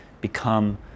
become